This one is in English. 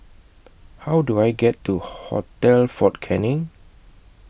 How Do I get to Hotel Fort Canning